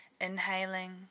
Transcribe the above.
inhaling